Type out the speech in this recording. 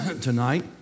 tonight